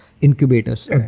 incubators